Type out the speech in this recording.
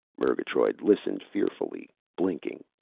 murgatroyd listened fearfully, blinking.